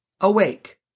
awake